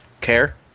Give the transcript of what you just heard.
care